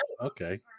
Okay